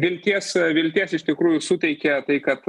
vilties vilties iš tikrųjų suteikia tai kad